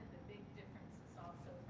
big differences also